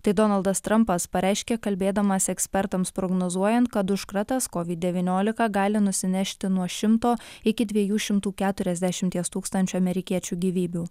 tai donaldas trumpas pareiškė kalbėdamas ekspertams prognozuojant kad užkratas covid devyniolika gali nusinešti nuo šimto iki dviejų šimtų keturiasdešimties tūkstančių amerikiečių gyvybių